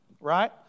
Right